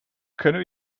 kunnen